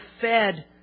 fed